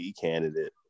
candidate